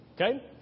Okay